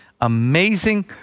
amazing